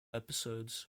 episodes